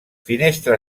finestra